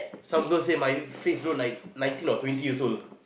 some girl say my face look like nineteen or twenty years old